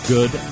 Good